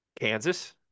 Kansas